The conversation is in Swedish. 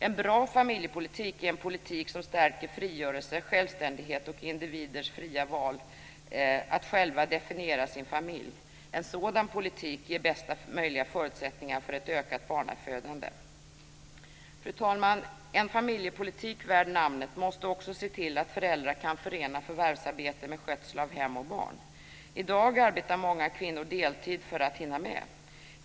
En bra familjepolitik är en politik som stärker frigörelse, självständighet och individers fria val att själva definiera sin familj. En sådan politik ger bästa möjliga förutsättningar för ett ökat barnafödande. Fru talman! En familjepolitik värd namnet måste också se till att föräldrar kan förena förvärvsarbete med skötsel av hem och barn. I dag arbetar många kvinnor deltid för att hinna med.